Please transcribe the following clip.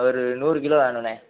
ஒரு நூறு கிலோ வேணுண்ணே